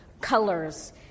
colors